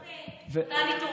עכשיו מתן התעורר.